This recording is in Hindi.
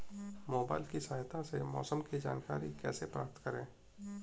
मोबाइल की सहायता से मौसम की जानकारी कैसे प्राप्त करें?